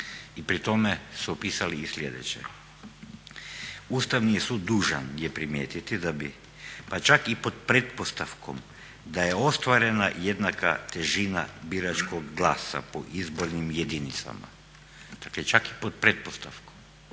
i pri tome su upisali i sljedeće: "Ustavni sud je dužan primijetiti da bi pa čak i pod pretpostavkom da je ostvarena jednaka težina biračkog glasa po izbornim jedinicama", dakle čak i pod pretpostavkom